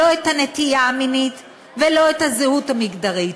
לא את הנטייה המינית ולא את הזהות המגדרית.